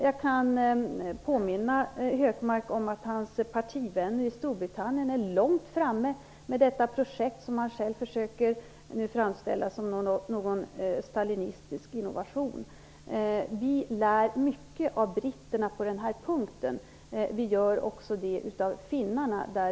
Jag kan påminna Hökmark om att hans partivänner i Storbritannien är långt framme med det projekt som han själv försöker framställa som någon stalinistisk innovation. Vi lär oss mycket av britterna på den här punkten. Vi lär oss också mycket av finnarna.